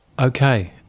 okay